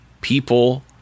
people